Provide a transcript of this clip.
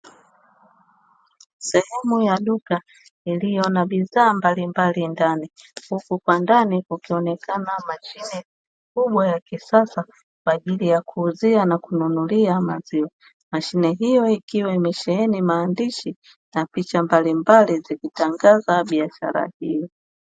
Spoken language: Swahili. Sehemu ya duka iliyo na bidhaa mbalimbali ndani huku kwa ndani kukionekana mashine kubwa ya kisasa kwa ajili ya kuuzia na kununulia maziwa, mashine hiyo ikiwa imesheheni maandishi na picha mbalimbali zikitangaza biashara hiyo.